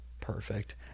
Perfect